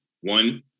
one